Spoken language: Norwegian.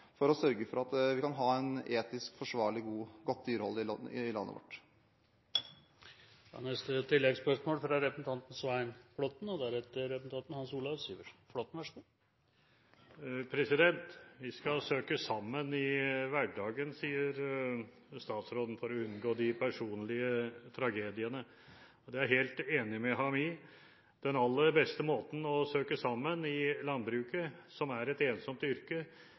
for å sørge for at vi kan ha et etisk forsvarlig og godt dyrehold i landet vårt. Svein Flåtten – til oppfølgingsspørsmål. Vi skal søke sammen i hverdagen, sier statsråden, for å unngå de personlige tragediene, og det er jeg helt enig med ham i. Den aller beste måten å søke sammen på i landbruket, som er et ensomt yrke,